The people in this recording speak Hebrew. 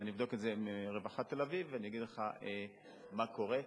אבדוק את זה עם רווחה תל-אביב ואגיד לך מה קורה.